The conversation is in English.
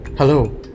Hello